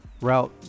route